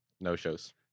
No-shows